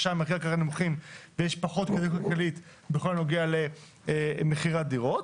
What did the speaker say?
ששם ערכי הקרקע נמוכים ויש פחות כדאיות כלכלית בכל הנוגע למחירי הדירות.